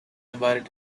invited